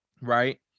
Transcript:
right